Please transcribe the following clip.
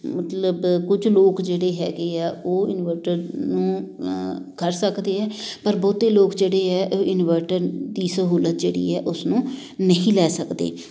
ਮਤਲਬ ਕੁਝ ਲੋਕ ਜਿਹੜੇ ਹੈਗੇ ਆ ਉਹ ਇਨਵਰਟਰ ਨੂੰ ਕਰ ਸਕਦੇ ਹੈ ਪਰ ਬਹੁਤ ਲੋਕ ਜਿਹੜੇ ਹੈ ਉਹ ਇਨਵਰਟਰ ਦੀ ਸਹੂਲਤ ਜਿਹੜੀ ਹੈ ਉਸਨੂੰ ਨਹੀਂ ਲੈ ਸਕਦੇ